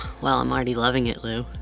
well i'm already loving it lou.